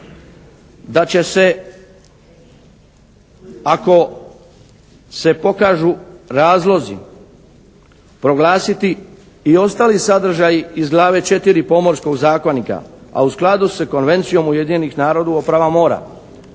da će se ako se pokažu razlozi proglasiti i ostali sadržaji iz glave 4. Pomorskog zakonika a u skladu s Konvencijom Ujedinjenih naroda o pravima mora